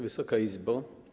Wysoka Izbo!